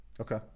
Okay